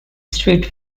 street